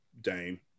Dame